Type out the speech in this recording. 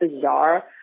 bizarre